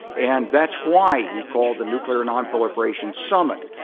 and that's why he called the nuclear nonproliferation summit.